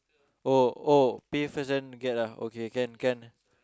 oh oh pay first then get ah okay can can